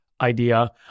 idea